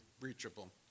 reachable